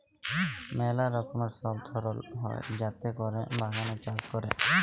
ম্যালা রকমের সব ধরল হ্যয় যাতে ক্যরে বাগানে চাষ ক্যরে